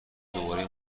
دوباره